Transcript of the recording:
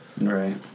right